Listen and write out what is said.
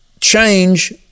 change